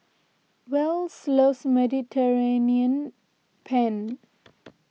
Wells loves Mediterranean Penne